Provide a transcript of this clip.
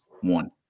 one